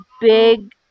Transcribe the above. big